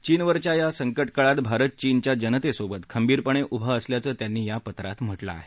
चीनवरच्या या संकट काळात भारत चीनच्या जनतेसोबत खंबीरपणे उभा असल्याचं त्यांनी या पत्रात म्हटलं आहे